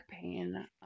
pain